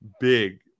big